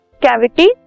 cavity